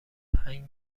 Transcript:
هنگ